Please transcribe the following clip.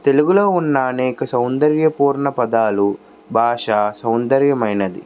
తెలుగులో ఉన్న అనేక సౌందర్య పూర్ణ పదాలు భాషా సౌందర్యమైనది